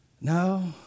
no